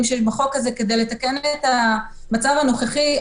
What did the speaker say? שיש בחוק הזה כדי לתקן את המצב הנוכחי.